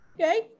okay